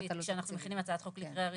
כשאנחנו מכינים הצעת חוק לקריאה ראשונה.